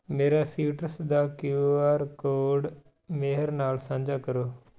ਮੇਰਾ ਸੀਟਰਸ ਦਾ ਕੇਯੂ ਆਰ ਕੋਡ ਮੇਹਰ ਨਾਲ ਸਾਂਝਾ ਕਰੋ